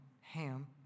Ham